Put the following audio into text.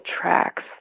tracks